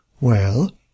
Well